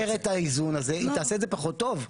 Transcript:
את האיזון הזה היא תעשה את זה פחות טוב.